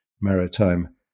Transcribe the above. Maritime